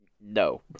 no